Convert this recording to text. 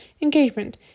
Engagement